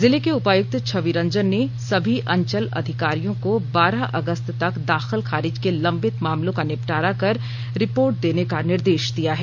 जिले के उपायुक्त छवि रंजन ने सभी अंचल अधिकारियों को बारह अगस्त तक दाखिल खारिज के लंबित मामलों का निपटारा कर रिपोर्ट देने का निर्देश दिया है